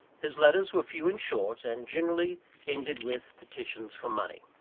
his letters were few and short, and generally ended with petitions for money.